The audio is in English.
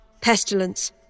pestilence